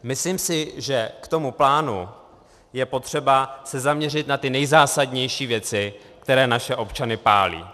Myslím si, že k tomu plánu je potřeba se zaměřit na ty nejzásadnější věci, které naše občany pálí.